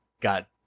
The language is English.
got